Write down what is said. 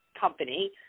company